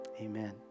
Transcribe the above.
Amen